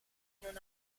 non